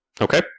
Okay